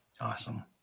Awesome